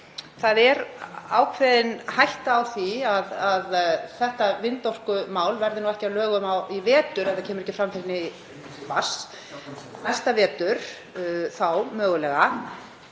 Það er ákveðin hætta á því að þetta vindorkumál verði ekki að lögum í vetur ef það kemur ekki fram fyrr en í mars. Næsta vetur þá mögulega.